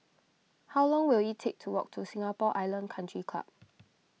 how long will it take to walk to Singapore Island Country Club